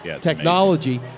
technology